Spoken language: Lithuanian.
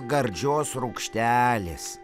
gardžios rūgštelės